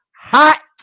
hot